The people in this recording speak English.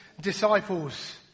disciples